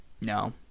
no